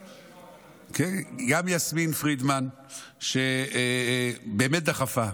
גם יסמין פרידמן באמת דחפה.